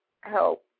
help